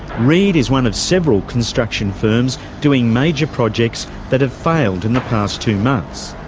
reed is one of several construction firms doing major projects that have failed in the past two months.